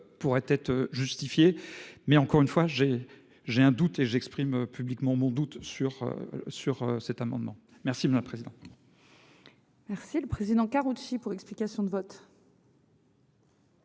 pourrait être justifiée. Mais encore une fois j'ai j'ai un doute et j'exprime publiquement mon doute sur sur cet amendement merci président. Merci. Le président Karoutchi pour explication de vote.